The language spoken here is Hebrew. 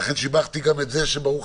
לכן, תעבירו, בבקשה, את דבריי.